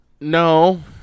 No